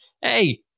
Hey